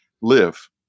live